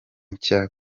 nshya